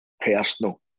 personal